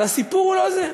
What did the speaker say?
אבל הסיפור הוא לא זה,